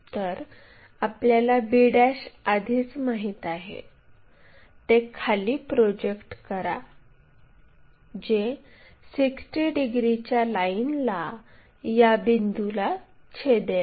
तर आपल्याला b आधीच माहित आहे ते खाली प्रोजेक्ट करा जे 60 डिग्रीच्या लाइनला या बिंदुला छेदेल